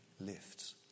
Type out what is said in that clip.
lifts